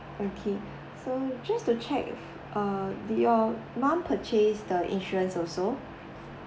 okay so just to check uh did your mum purchase the insurance also